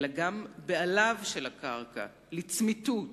אלא גם בעליו של הקרקע לצמיתות.